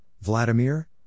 Vladimir